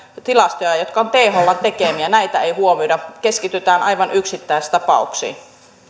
tilastoja jotka ovat thln tekemiä ei huomioida keskitytään aivan yksittäistapauksiin